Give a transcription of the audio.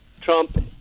Trump